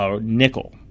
nickel